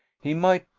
he might,